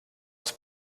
aus